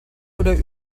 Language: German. oder